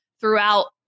throughout